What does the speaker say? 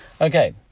okay